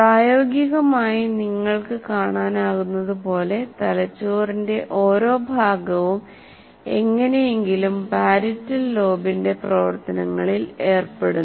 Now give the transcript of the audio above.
പ്രായോഗികമായി നിങ്ങൾക്ക് കാണാനാകുന്നതുപോലെ തലച്ചോറിന്റെ ഓരോ ഭാഗവും എങ്ങനെയെങ്കിലും പാരീറ്റൽ ലോബിന്റെ പ്രവർത്തനങ്ങളിൽ ഏർപ്പെടുന്നു